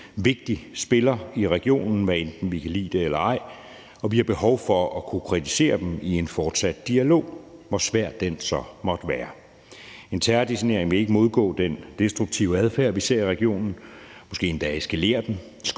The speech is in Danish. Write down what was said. vigtig spiller i regionen, hvad enten vi kan lide det eller ej, og vi har behov for at kunne kritisere dem i en fortsat dialog, hvor svær den så måtte være. En terrordesignering vil ikke modgå den destruktive adfærd, vi ser i regionen, måske endda eskalere den,